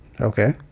Okay